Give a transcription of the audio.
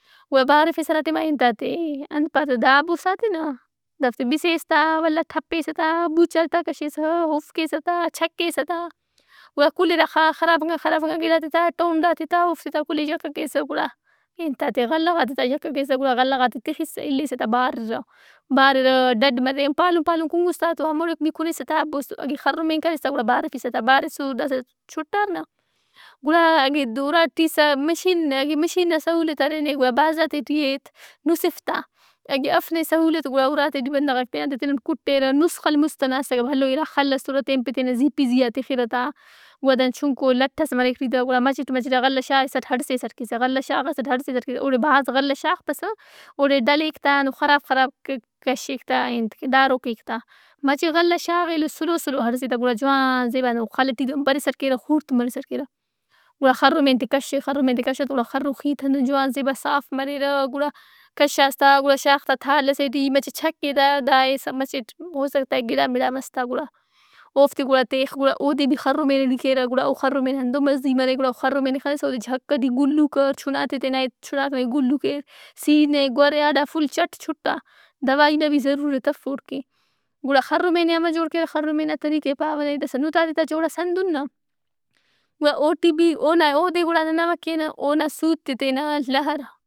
گُڑا بارِفِس ہراٹیم اے انتات ئے، انت پارہ تہ، آبوسات ئے نہ۔ دافتے بِسیس تا ولدا ٹپّیسہ تا، بٗوچات ئے تا کشِسہ۔ اُس کیسہ تا، چکّیسہ تا۔ کل ئے تا خا- خرابنگا خرابنگا گِڑات ئےتا، ٹونڈات ئے تااوفت ئے تا کل یے یکہ کیسہ گُڑا۔ اے انتات ئے غلہ غات ئے تا یکہ کیسہ۔ گُڑا غلہ غات ئے تِخسہ الِّسہ تا بارِرہ۔ بارِرہ ڈَڈ مریرہ۔ پالن پالن کُنگُس تا توہموڑے گڑا کنیسہ تا۔ بس-اگہ خرن کریس تا گُڑا بارِفِسہ تا۔ بارِسُر داسا چُٹار نہ گُڑا اگہ اُرا ٹی سہ- مشین اگہ مشین نا سہولت ارے نے، بازارت ئے ٹی ایت نُسف تا۔ اگہ اف نے سہولت گُڑا اُرات ئے ٹی بندغاک تینات ئے تینٹ کُٹیرہ۔ نسخل مُست ئنا اسّکہ۔ بھلو اِرا خل اسُّرہ۔ تین پتین زی پہ زیا تِخِرہ تا۔ گُرا دانا چھنکو لٹ ئس مریک ای ٹی تہ۔ گُڑا مچٹ مچٹ آ غلہ شاغسٹ ہڑسِسٹ کیسہ، ولدا شاغسٹ ہڑسسٹ کیسہ۔ بھاز غلہ شا غپسہٍ۔ اوڑے ڈلِک تا ہندن خراب خراب کہ-کشِّک تا اے انت ڈارو کیک تا۔ مچہ غلہ شاغ ایلو سلو سلو ہڑسہ تا گڑا جوان زیبا زیبا خل ئٹی دہن برِسٹ کیرہ، خوڑت مرسٹ کیرہ۔ گُڑا خرمینت ئے تا کشہ۔ خرمینت ئے کشاس گُڑا خرن خیت ہندن جوان زیبا صاف مریرہ۔ گڑا کشّاس تا گڑا شاغ تا تھال ئسے ٹی مچہ چکّے تا، دا ئے سا مچٹ ہو سکتا ہے گڑامڑا مس تا گُڑا۔ اوفت ئے گُڑا تِخ گڑا اودے بھی خرمین ئٹی کیرہ گُڑا او خرمین ہندن مزہی مریک۔ گڑا خرمین ئے خنسہ اودے جھکہ ٹی گُلو کر۔ چُنا ت ئے تینا ہیت، چناک نا گلّو کیر۔ سینہ ئے گَور ئے اڈا فل چٹ چُٹا۔ دوائی نا بھی ضرورت اف اوڑکہ۔ گڑا خرمین ئے امہ جوڑ کیرہ۔ خرمین نا طریقہ ئے پاوہ نمے۔ داسا نُتات ئے تا جوڑاس ہندن نا۔ گڑا اوٹی بھی اونا اودےگڑا نن امہ کینہ اونا سُوت ئے تینالہر۔